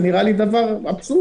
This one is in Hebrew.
זה נראה לי דבר אבסורדי.